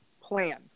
plan